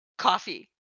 Coffee